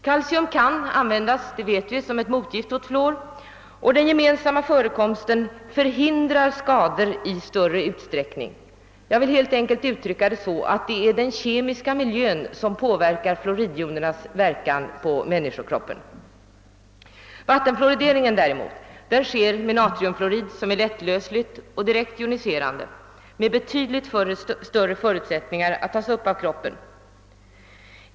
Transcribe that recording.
Kalcium kan användas som motgift mot fluor, och den gemensamma förekomsten förhindrar skador i större utsträckning. Jag vill helt enkelt uttrycka saken så, att det är den kemiska miljön som påverkar fluoridjonernas verkan på människokroppen. Vattenfluorideringen däremot sker med natriumfluorid, som är lättlösligt och direkt joniserande, med betydligt större förutsättningar att tas upp av kroppen.